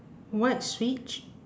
white switch